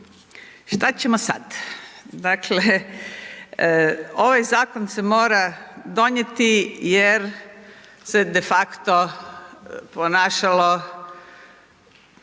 Šta ćemo sad? Dakle, ovaj zakon se mora donijeti jer se de facto ponašalo